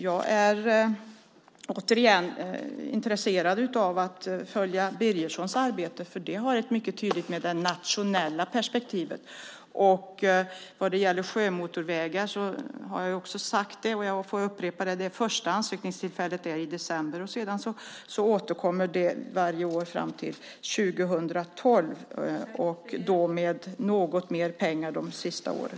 Jag vill återigen säga att jag är intresserad av att följa Birgerssons arbete, för det har mycket tydligt med det nationella perspektivet att göra. Vad gäller sjömotorvägar har jag också sagt, och jag får upprepa det, att det första ansökningstillfället är i december. Sedan återkommer det varje år fram till 2012, med något mer pengar de sista åren.